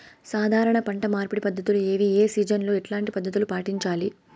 సాధారణ పంట మార్పిడి పద్ధతులు ఏవి? ఏ సీజన్ లో ఎట్లాంటి పద్ధతులు పాటించాలి?